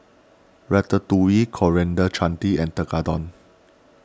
Ratatouille Coriander Chutney and Tekkadon